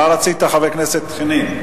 מה רצית, חבר הכנסת חנין?